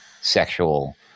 sexual